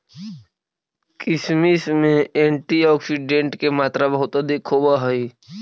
किशमिश में एंटीऑक्सीडेंट के मात्रा बहुत अधिक होवऽ हइ